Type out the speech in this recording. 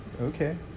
Okay